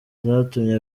zatumye